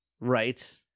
right